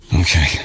Okay